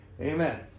Amen